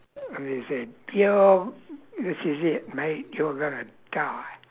oh they say yo this is it mate you're gonna die